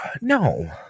no